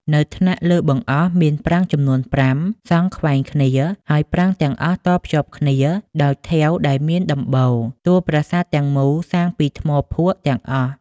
នៅថ្នាក់លើបង្អស់ មានប្រាង្គចំនួន៥ សង់ខ្វែងគ្នា ហើយប្រាង្គទាំងអស់តភ្ជាប់គ្នា ដោយថែវដែលមានដំបូល។ តួប្រាសាទទាំង មូលសាងពីថ្មភក់ទាំងអស់។